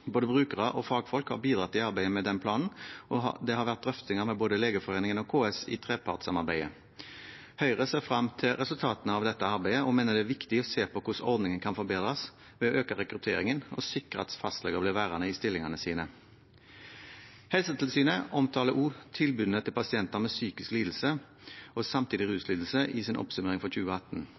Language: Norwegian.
Både brukere og fagfolk har bidratt i arbeidet med denne planen, og det har vært drøftinger med både Legeforeningen og KS i trepartssamarbeidet. Høyre ser frem til resultatene av dette arbeidet og mener det er viktig å se på hvordan ordningen kan forbedres ved å øke rekrutteringen og sikre at fastleger blir værende i stillingene sine. Helsetilsynet omtaler tilbudene til pasienter med psykisk lidelse og samtidig ruslidelse i sin oppsummering for 2018.